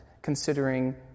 considering